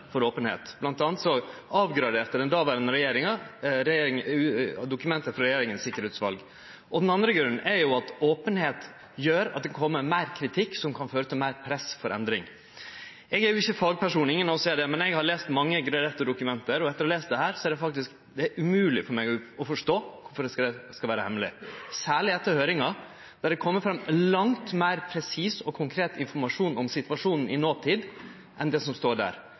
for openheit. Blant anna avgraderte den dåverande regjeringa dokument frå Regjeringas sikkerheitsutval. Den andre grunnen er at openheit gjer at det kjem meir kritikk, som kan føre til meir press om endring. Eg er ikkje fagperson – ingen av oss er det – men eg har lese mange graderte dokument. Etter å ha lese dette er det umogleg for meg å forstå kvifor det skal vere hemmeleg, særleg etter høyringa, der det er kome fram langt meir presis og konkret informasjon om situasjonen i notid, enn det som står der.